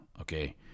okay